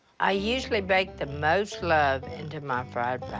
i usually bake the most love into my fried pie.